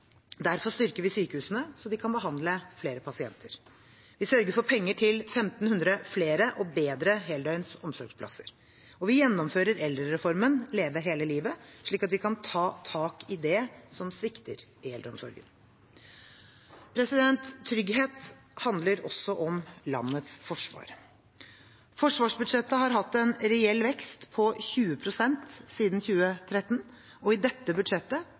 Derfor styrker vi sykehusene så de kan behandle flere pasienter. Vi sørger for penger til 1 500 flere og bedre heldøgns omsorgsplasser. Og vi gjennomfører eldrereformen Leve hele livet, slik at vi kan ta tak i det som svikter i eldreomsorgen. Trygghet handler også om landets forsvar. Forsvarsbudsjettet har hatt en reell vekst på 20 pst. siden 2013, og i dette budsjettet